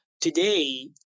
today